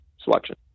selection